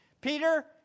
Peter